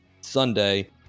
Sunday